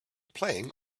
playing